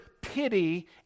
pity